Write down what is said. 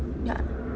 ya